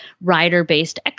rider-based